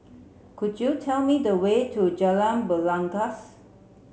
could you tell me the way to Jalan Belangkas